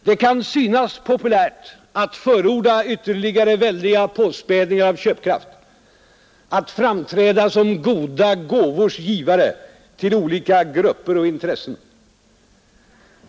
Det kan synas populärt att förorda ytterligare väldiga påspädningar av köpkraft, att framträda som goda gåvors givare till olika grupper och intressen.